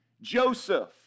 Joseph